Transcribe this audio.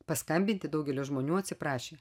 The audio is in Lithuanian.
paskambinti daugelio žmonių atsiprašė